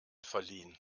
verliehen